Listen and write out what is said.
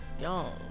y'all